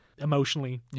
Emotionally